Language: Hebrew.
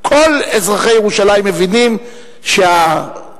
כל אזרחי ירושלים מבינים שהדבר,